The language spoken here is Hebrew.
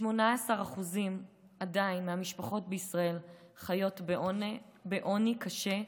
18% מהמשפחות בישראל עדיין חיות בעוני קשה,